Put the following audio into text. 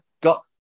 Got